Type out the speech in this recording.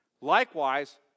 likewise